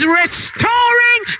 restoring